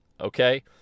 okay